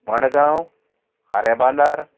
मडगांव खाऱ्या बांदार